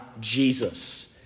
Jesus